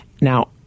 Now